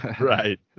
Right